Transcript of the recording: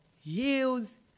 heals